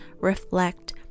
reflect